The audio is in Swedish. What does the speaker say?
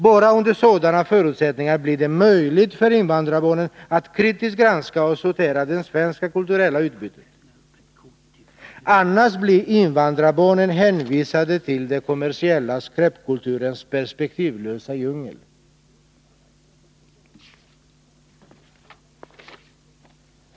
Bara under sådana förutsättningar blir det möjligt för invandrarbarnen att kritiskt granska och sortera det svenska kulturella utbudet, annars blir invandrarbarnen hänvisade till den kommersiella skräpkulturens perspektivlösa djungel.